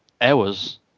hours